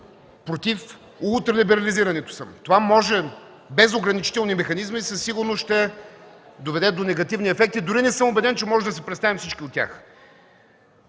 против ултралиберализирането. Това без ограничителни механизми със сигурност ще доведе до негативни ефекти. Дори не съм убеден, че можем да си представим всички тях.